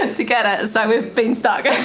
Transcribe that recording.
and to get it, so we've been stuck.